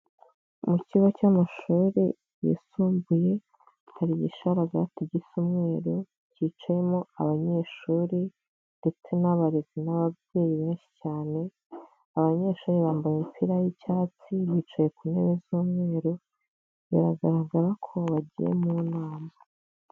Mu kigo cy'amashuri yisumbuye hari igisharagati gisa umweru, kicayemo abanyeshuri ndetse n'abarezi n'ababyeyi benshi cyane, abanyeshuri bambaye imipira y'icyatsi bicaye ku ntebe z'umweru, biragaragara ko bagiye mu nama.